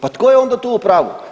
Pa tko je onda tu u pravu?